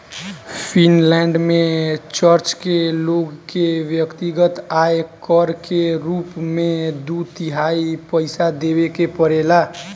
Finland में church के लोग के व्यक्तिगत आय कर के रूप में दू तिहाई पइसा देवे के पड़ेला